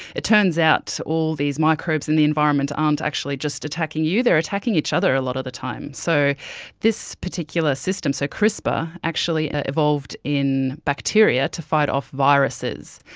it turns out all these microbes in the environment aren't actually just attacking you, they are attacking each other a lot of the time. so this particular system, so crispr actually involved in bacteria to fight off viruses.